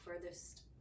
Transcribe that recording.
furthest